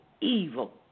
evil